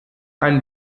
ein